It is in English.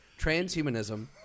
Transhumanism